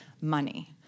money